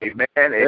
Amen